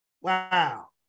Wow